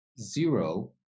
zero